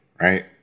right